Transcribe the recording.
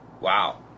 Wow